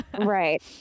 Right